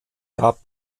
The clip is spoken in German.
gab